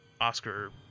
Oscar